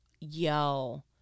Yo